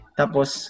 tapos